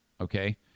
Okay